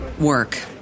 work